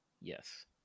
Yes